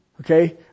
Okay